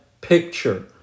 picture